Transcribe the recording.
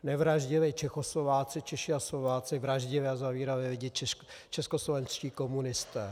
Nevraždili Čechoslováci, Češi a Slováci, vraždili a zavírali lidi českoslovenští komunisté.